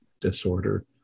disorder